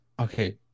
okay